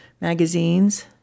magazines